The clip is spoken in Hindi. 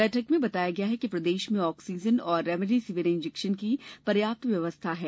बैठक में बताया गया कि प्रदेश में ऑक्सीजन और रेमडेसिविर इंजेक्शन की पर्याप्त उपलब्धता है